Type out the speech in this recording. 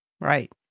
Right